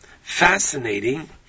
fascinating